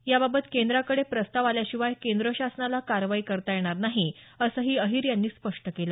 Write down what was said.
याबाबत केंद्राकडे प्रस्ताव आल्याशिवाय केंद्र शासनाला कारवाई करता येणार नाही असंही अहीर यांनी स्पष्ट केलं